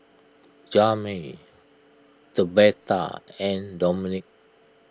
Jami Tabetha and Domenick